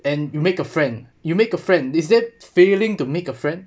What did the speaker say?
and you make a friend you make a friend is that failing to make a friend